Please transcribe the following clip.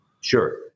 Sure